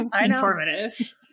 informative